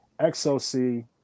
XOC